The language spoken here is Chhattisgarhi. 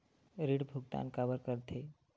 ऋण भुक्तान काबर कर थे?